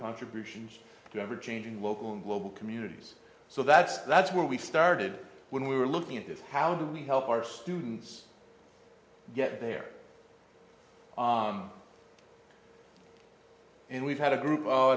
contributions to ever changing local and global communities so that's that's where we started when we were looking at this how do we help our students get there and we've had a group